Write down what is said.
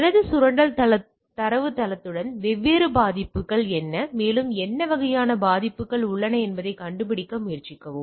எனது சுரண்டல் தரவுத்தளத்துடன் வெவ்வேறு பாதிப்புகள் என்ன மேலும் என்ன வகையான பாதிப்புகள் உள்ளன என்பதைக் கண்டுபிடிக்க முயற்சிக்கவும்